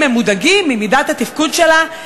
אם הם מודאגים מרמת התפקוד שלה,